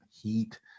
heat